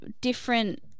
different